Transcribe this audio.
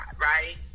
right